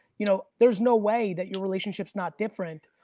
you know there's no way that your relationship's not different,